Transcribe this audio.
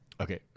okay